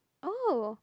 oh